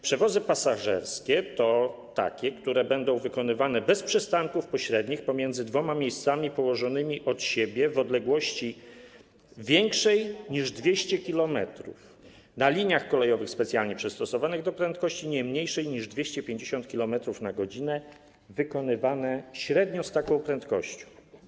Przewozy pasażerskie to takie, które będą wykonywane bez przystanków pośrednich pomiędzy dwoma miejscami położonymi od siebie w odległości większej niż 200 km, na liniach kolejowych specjalnie przystosowanych do prędkości nie mniejszej niż 250 km/h, wykonywane średnio z taką prędkością.